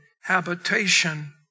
habitation